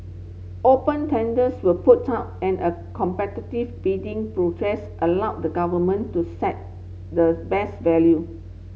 open tenders were put out and a competitive bidding process allowed the Government to set the best value